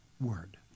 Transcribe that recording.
word